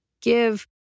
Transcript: give